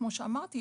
כמו שאמרתי,